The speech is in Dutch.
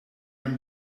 een